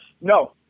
No